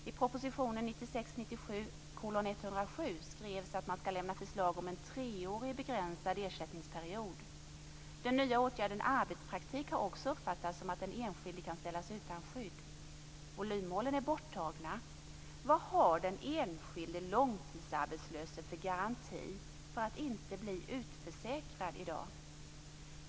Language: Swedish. I proposition 1996/97:107 skrevs att man skall lämna förslag om en treårig begränsad ersättningsperiod. Den nya åtgärden arbetspraktik har också uppfattats som att den enskilde kan ställas utan skydd. Volymmålen är borttagna. Vad har den enskilde långtidsarbetslöse för garanti för att inte bli utförsäkrad i dag?